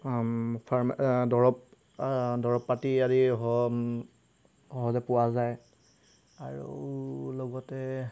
farm farm দৰৱ দৰৱ পাতি আদি সহজে পোৱা যায় আৰু লগতে